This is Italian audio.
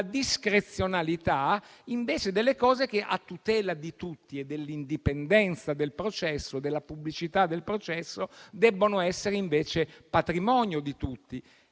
alla discrezionalità delle cose che, a tutela di tutti e dell'indipendenza e della pubblicità del processo, debbono essere invece patrimonio di tutti.